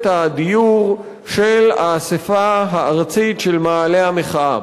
הדיור של האספה הארצית של מאהלי המחאה.